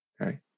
Okay